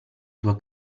sua